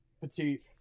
petite